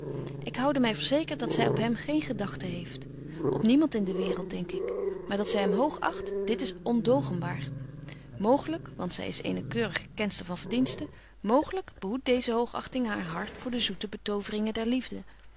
ik houde my verzekert dat zy op hem geen gedagten heeft op niemand in de waereld denk ik maar dat zy hem hoog acht dit is onlochenbaar mooglyk want zy is eene keurige kenster van verdiensten mooglyk behoedt deeze hoogachting haar hart voor de zoete betoveringen der liefde